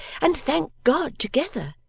and thank god together!